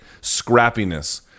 scrappiness